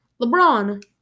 LeBron